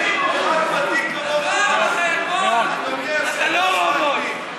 אתה לא רובוט,